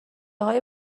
های